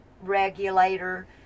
regulator